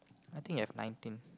I think we have nineteen